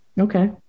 Okay